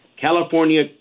California